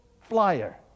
flyer